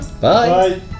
Bye